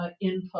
input